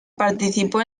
participó